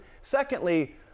Secondly